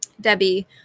Debbie